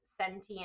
sentient